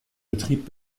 betrieb